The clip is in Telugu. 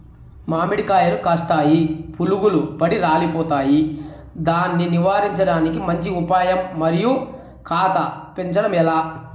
మామిడి కాయలు కాస్తాయి పులుగులు పడి రాలిపోతాయి దాన్ని నివారించడానికి మంచి ఉపాయం మరియు కాత పెంచడము ఏలా?